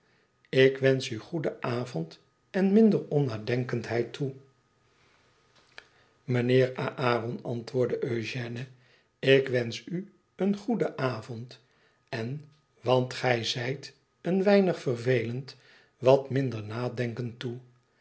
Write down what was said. ik wensch u goeden avond en minder onnadenkendheid toe mijnheer aaron antwoordde ëugène ik wensch u een goeden avond en want gij zijt een een weinig vervelend wat minder nadenken toe